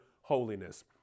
holiness